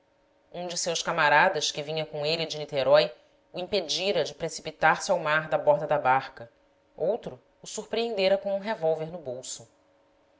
um de seus camaradas que vinha com ele de niterói o impedira de precipitar-se ao mar da borda da barca outro o surpreendera com um revólver no bolso